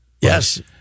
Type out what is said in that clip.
Yes